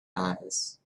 eyes